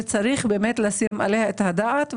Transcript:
וצריך באמת לשים עליה את הדעת.